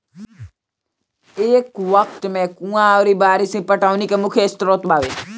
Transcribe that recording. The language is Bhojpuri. ए वक्त में कुंवा अउरी बारिस ही पटौनी के मुख्य स्रोत बावे